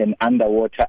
underwater